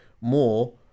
more